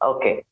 Okay